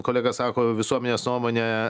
kolega sako visuomenės nuomonė